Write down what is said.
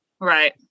Right